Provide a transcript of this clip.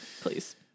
Please